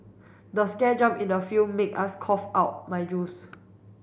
the scare jump in the film made us cough out my juice